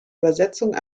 übersetzung